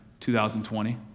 2020